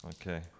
Okay